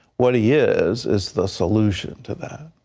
what he is is the solution to that.